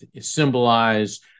symbolize